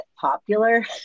popular